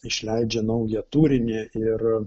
išleidžia naują turinį ir